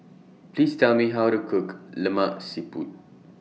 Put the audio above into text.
Please Tell Me How to Cook Lemak Siput